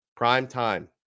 Primetime